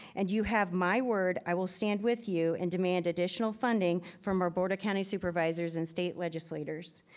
and you have my word. i will stand with you and demand additional funding from our board of county supervisors and state legislators.